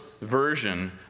version